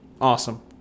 Awesome